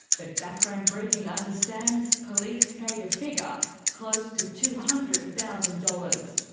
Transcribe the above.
but background briefing understands police paid a figure close to two hundred thousand dollars.